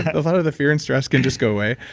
a lot of the fear and stress can just go away.